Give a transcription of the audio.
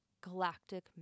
galactic